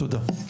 תודה.